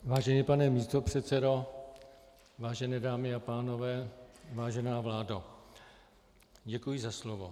Vážený pane místopředsedo, vážené dámy a pánové, vážená vládo, děkuji za slovo.